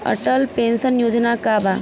Atal pension योजना का बा?